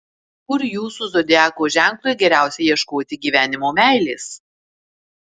kur jūsų zodiako ženklui geriausia ieškoti gyvenimo meilės